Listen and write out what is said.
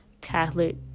catholic